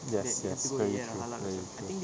yes yes very true very true